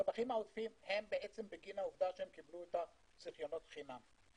הרווחים העודפים הם בגין העובדה שהם קיבלו את הזיכיונות חינם.